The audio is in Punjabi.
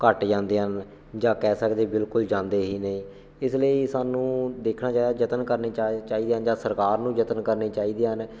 ਘੱਟ ਜਾਂਦੇ ਹਨ ਜਾਂ ਕਹਿ ਸਕਦੇ ਬਿਲਕੁਲ ਜਾਂਦੇ ਹੀ ਨਹੀ ਇਸ ਲਈ ਸਾਨੂੰ ਦੇਖਣਾ ਚਾਹੀਦਾ ਯਤਨ ਕਰਨੇ ਚਾਹ ਚਾਹੀਦੇ ਜਾਂ ਸਰਕਾਰ ਨੂੰ ਯਤਨ ਕਰਨੇ ਚਾਹੀਦੇ ਹਨ